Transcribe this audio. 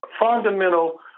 fundamental